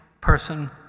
person